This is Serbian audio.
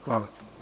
Hvala.